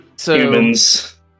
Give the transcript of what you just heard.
humans